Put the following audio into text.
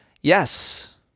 Yes